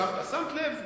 שמת לב,